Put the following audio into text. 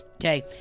Okay